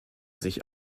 sich